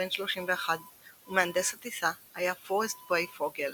בן 31 ומהנדס הטיסה היה פורסט ברייפוגל,